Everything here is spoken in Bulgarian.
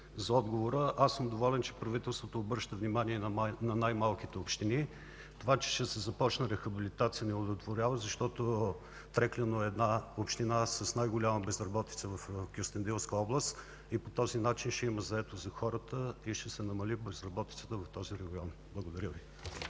за отговора. Доволен съм, че правителството обръща внимание на най-малките общини. Това че ще се започне рехабилитация ме удовлетворява, защото Трекляно е община с най-голяма безработица в Кюстендилска област и по този начин ще има заетост за хората и ще се намали безработицата в този регион. Благодаря.